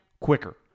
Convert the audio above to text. quicker